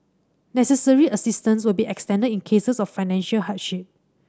necessary assistance will be extended in cases of financial hardship